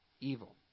evil